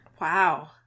wow